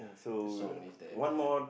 the song is that uh